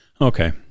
Okay